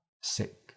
sick